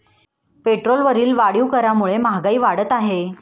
पेट्रोलवरील वाढीव करामुळे महागाई वाढत आहे